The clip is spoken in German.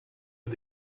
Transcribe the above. und